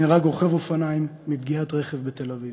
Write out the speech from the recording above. נהרג רוכב אופניים מפגיעת רכב בתל-אביב.